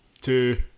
two